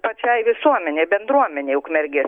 pačiai visuomenei bendruomenei ukmergės